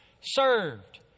served